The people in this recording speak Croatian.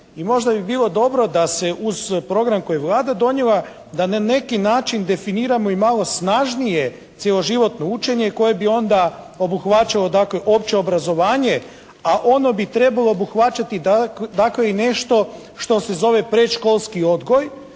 I možda bi bilo dobro da se uz program koji je Vlada donijela, da na neki način definiramo i malo snažnije cjeloživotno učenje koje bi onda obuhvaćalo dakle opće obrazovanje, a ono bi trebalo obuhvaćati dakle i nešto što se zove predškolski odgoj